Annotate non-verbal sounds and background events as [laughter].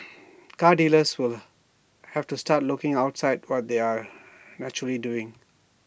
[noise] car dealers will have to start looking outside what they are [noise] naturally doing